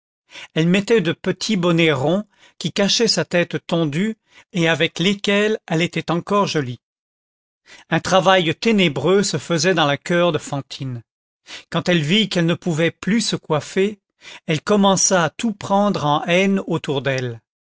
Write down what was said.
elle mettait de petits bonnets ronds qui cachaient sa tête tondue et avec lesquels elle était encore jolie un travail ténébreux se faisait dans le coeur de fantine quand elle vit qu'elle ne pouvait plus se coiffer elle commença à tout prendre en haine autour d'elle